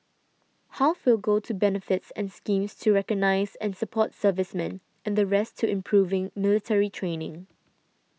half will go to benefits and schemes to recognise and support servicemen and the rest to improving military training